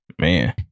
Man